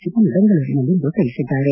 ಸಿವನ್ ಬೆಂಗಳೂರಿನಲ್ಲಿಂದು ತಿಳಿಸಿದ್ದಾರೆ